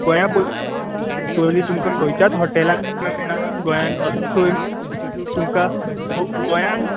बऱ्या पैकी सोय तुमका खंयच्याच हॉटेलान मेळना गोंयान असो सोय तुमका गोंयान